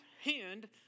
hand